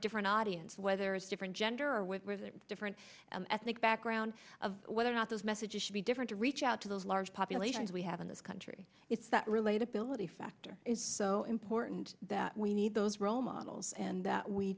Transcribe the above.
different audience whether it's different gender or with different ethnic background whether or not those messages should be different to reach out to those large populations we have in this country it's that relatability factor is so important that we need those role models and